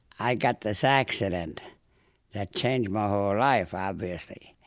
i got this accident that changed my whole life, obviously,